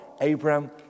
Abraham